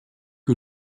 que